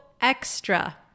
extra